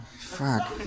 Fuck